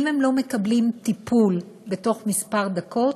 אם הם לא מקבלים טיפול בתוך כמה דקות,